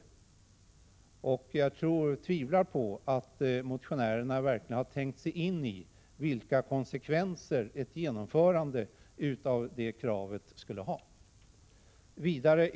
Jag tvivlar på att motionärerna verkligen har tänkt sig in i vilka konsekvenser ett genomförande av det kravet skulle ha.